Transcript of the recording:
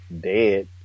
dead